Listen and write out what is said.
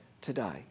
today